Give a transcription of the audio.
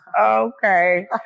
Okay